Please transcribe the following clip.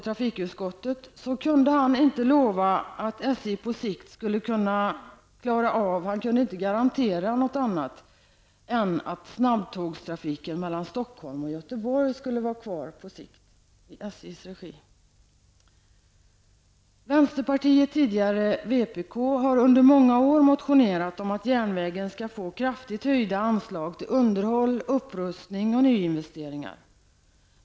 Det enda som Stig Stockholm och Göteborg på sikt skall vara kvar i Vi i vänsterpartiet, tidigare vpk, har i många år motionerat om kraftigt höjda anslag till järnvägen för underhåll, upprustning och nyinvesteringar.